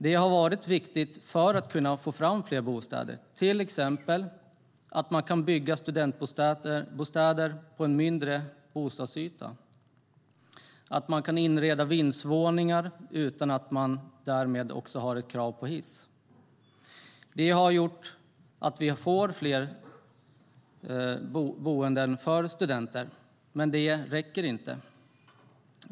Det har varit viktigt för att kunna få fram fler bostäder. Det gäller till exempel att bostadsytan i studentbostäder kan vara mindre, att man kan inreda vindsvåningar utan att det ställs krav på hiss. Det har gjort att det har blivit fler studentbostäder, men det räcker inte.